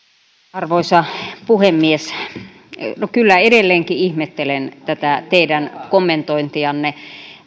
arvoisa puhemies kyllä edelleenkin ihmettelen tätä teidän kommentointianne